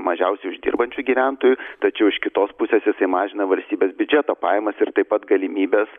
mažiausiai uždirbančių gyventojų tačiau iš kitos pusės jisai mažina valstybės biudžeto pajamas ir taip pat galimybes